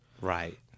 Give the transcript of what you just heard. Right